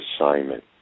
assignment